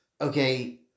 okay